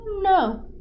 No